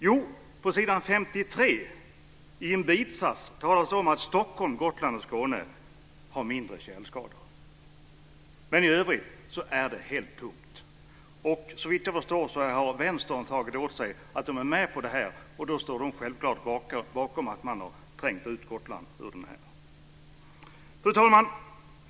Jo, på s. 53 i en bisats talas det om att Stockholm, Gotland och Skåne har mindre tjälskador. I övrigt är det helt tomt. Såvitt jag förstår har Vänstern tagit åt sig att de är med på det här. Således står de självklart bakom att man har trängt ut Gotland här. Fru talman!